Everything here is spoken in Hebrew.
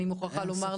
אני מוכרחה לומר,